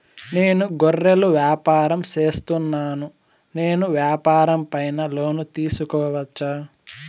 నేను గొర్రెలు వ్యాపారం సేస్తున్నాను, నేను వ్యాపారం పైన లోను తీసుకోవచ్చా?